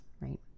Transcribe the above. right